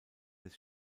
des